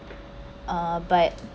uh but